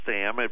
Sam